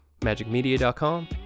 Magicmedia.com